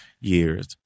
years